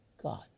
God